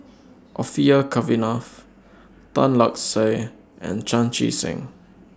Orfeur Cavenagh Tan Lark Sye and Chan Chee Seng